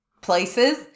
places